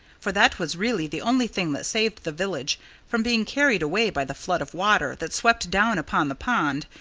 for that was really the only thing that saved the village from being carried away by the flood of water that swept down upon the pond,